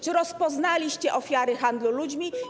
Czy rozpoznaliście ofiary handlu ludźmi?